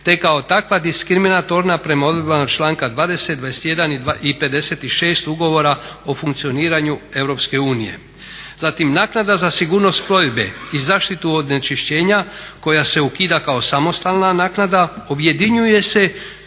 te kao takva diskriminatorna prema odredbama članka 20., 21.i 56. Ugovora o funkcioniranju EU. Zatim naknada za sigurnost plovidbe i zaštitu od onečišćenja koja se ukida kao samostalna naknada, objedinjuje se